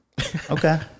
Okay